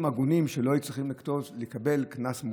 ההגונים שלא היו צריכים לקבל קנס מוגדל.